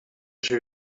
ser